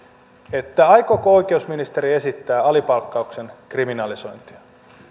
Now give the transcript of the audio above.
aikooko oikeusministeri esittää alipalkkauksen kriminalisointia